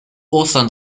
ostern